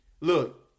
Look